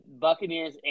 Buccaneers